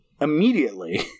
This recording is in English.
immediately